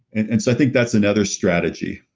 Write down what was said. and and so i think that's another strategy.